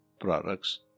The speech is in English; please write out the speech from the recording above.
products